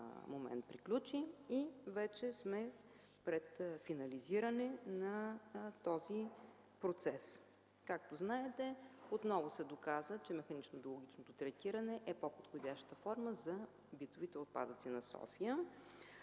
момент приключи и вече сме пред финализиране на процеса. Както знаете, отново се доказа, че механично-биологичното третиране е по-подходяща форма за битовите отпадъци на София.